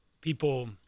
people